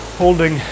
holding